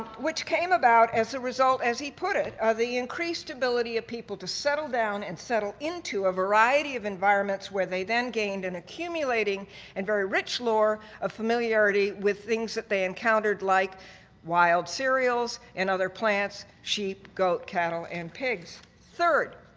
which came about as a result as he put it the increased ability of people to settle down and settle into a variety of environments where they then gained an accumulating and very rich lore of familiarity with things that they encountered like wild cereals and other plants sheep goat cattle and pigs third